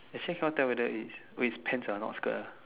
actually cannot tell whether it's with pants or not skirt ah